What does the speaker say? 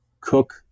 Cook